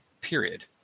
Period